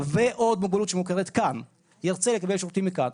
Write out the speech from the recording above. ועוד מוגבלות שמוכרת כאן ירצה לקבל שירותים מכאן,